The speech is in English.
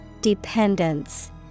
Dependence